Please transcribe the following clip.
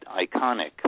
iconic